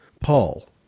Paul